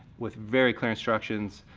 with very clear instructions.